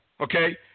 okay